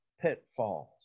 pitfalls